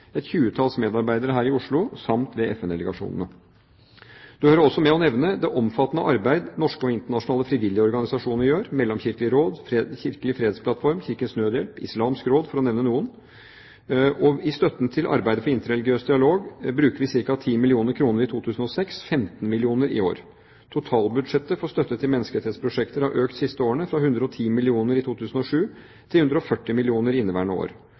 et 20-talls medarbeidere her i Oslo samt ved FN-delegasjonene. Det hører også med å nevne det omfattende arbeid norske og internasjonale frivillige organisasjoner gjør: Mellomkirkelig råd, Kirkelig fredsplattform, Kirkens Nødhjelp, Islamsk Råd – for å nevne noen. I støtten til arbeidet for interreligiøs dialog brukte vi ca. 10 mill. kr i 2006, 15 mill. kr i år. Totalbudsjettet for støtte til menneskerettighetsprosjekter har økt de siste årene, fra 110 mill. kr i 2007 til 140 mill. kr i inneværende år.